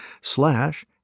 slash